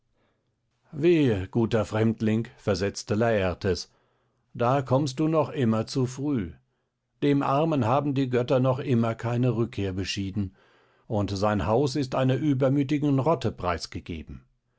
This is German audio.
guter fremdling versetzte lartes da kommst du noch immer zu früh dem armen haben die götter noch immer keine rückkehr beschieden und sein haus ist einer übermütigen rotte preisgegeben